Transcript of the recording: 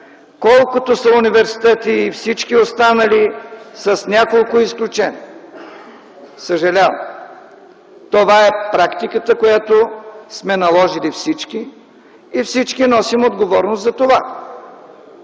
колкото са университети и всички останали, с няколко изключения. Съжалявам! Това е практиката, която сме наложили всички, и всички носим отговорност за това.